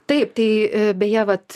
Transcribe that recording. taip tai beje vat